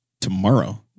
tomorrow